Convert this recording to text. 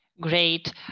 Great